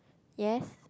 yes